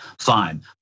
fine